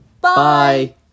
Bye